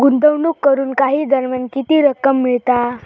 गुंतवणूक करून काही दरम्यान किती रक्कम मिळता?